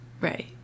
right